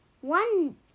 One